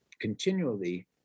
continually